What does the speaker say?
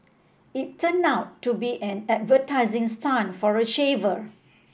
it turned out to be an advertising stunt for a shaver